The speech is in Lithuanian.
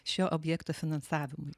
šio objekto finansavimui